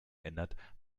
ändert